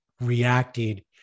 reacted